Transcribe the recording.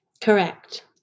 Correct